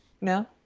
no